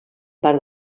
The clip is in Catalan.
part